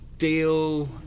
Deal